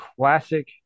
classic